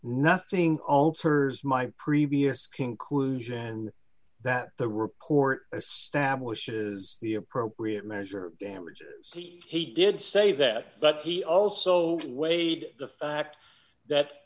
nothing alters my previous conclusion that the report stablish is the appropriate measure damages he did say that but he also weighed the fact that